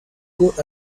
good